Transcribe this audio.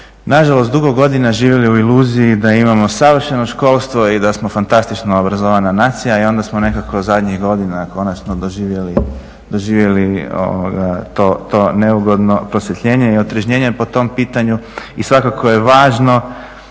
nažalost dugo godina živjeli u iluziji da imamo savršeno školstvo i da smo fantastično obrazovana nacija i onda smo nekako zadnjih godina konačno doživjeli to neugodno prosvjetljenje i otrežnjenje po tom pitanju i svakako je važno